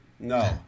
No